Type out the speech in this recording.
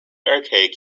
archaic